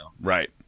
right